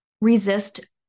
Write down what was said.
resist